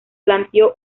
planteó